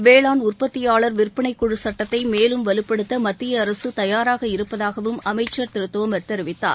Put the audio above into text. வேளாண் உற்பத்தியாளர் விற்பனைக்குழு சட்டத்தை மேலும் வலுப்படுத்த மத்திய அரசு தயாராக இருப்பதாகவும் அமைச்சர் திரு தோமர் தெரிவித்தார்